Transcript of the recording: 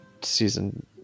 season